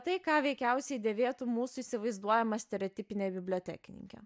tai ką veikiausiai dėvėtų mūsų įsivaizduojama stereotipinė bibliotekininkė